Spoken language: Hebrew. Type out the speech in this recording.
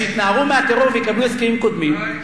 שיתנערו מהטרור ויקבלו הסכמים קודמים.